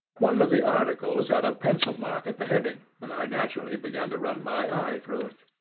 one of the articles had a pencil mark at the heading, and i naturally began to run my eye through it.